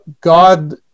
God